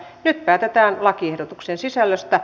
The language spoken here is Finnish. nyt päätetään lakiehdotuksen sisällöstä